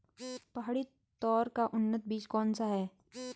पहाड़ी तोर का उन्नत बीज कौन सा है?